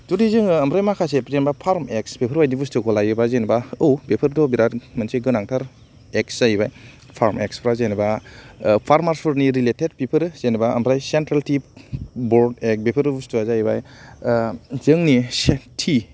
जुदि जोङो आरो माखासे जेनेबा फार्म एक्टस बेफोरबायदि बुस्तुखौ लायोबा जेनेबा आव बेफोर्थ' बिरात मोनसे गोनांथार एक्टस जाहैबाय फार्म एक्टसफ्रा जेनेबा फार्मार्सफोरनि रिलेटेड बेफोरो जेनेबा ओमफ्राय सेन्ट्रेलटि बर्ड एक्ट बेफोरो बुस्तुफ्रा जाहैबाय जोंनि से थि